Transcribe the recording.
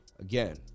Again